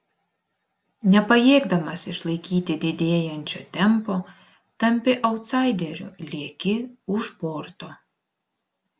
nepajėgdamas išlaikyti didėjančio tempo tampi autsaideriu lieki už borto